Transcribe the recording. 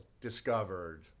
discovered